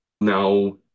Now